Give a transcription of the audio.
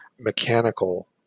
mechanical